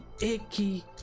icky